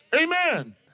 Amen